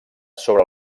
sobre